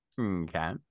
Okay